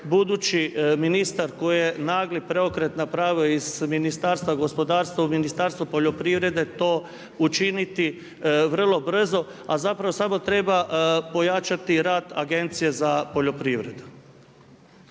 budući ministar koji je nagli preokret napravio iz Ministarstva gospodarstva u Ministarstvo poljoprivrede to učiniti vrlo brzo. A zapravo samo treba pojačati rad Agencije za poljoprivredu.